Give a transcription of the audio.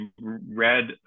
read